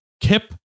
Kip